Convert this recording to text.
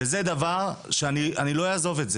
וזה דבר שאני לא אעזוב את זה.